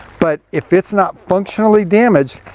but if it's not functionally damaged,